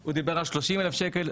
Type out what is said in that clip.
הוא דיבר על 30,000 שקלים,